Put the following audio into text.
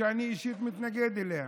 שאני אישית מתנגד אליה.